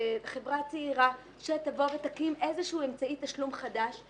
חברה צעירה שתקים איזשהו אמצעי תשלום חדש,